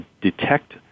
detect